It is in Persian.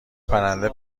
پرنده